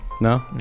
No